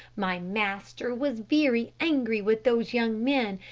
my master was very angry with those young men,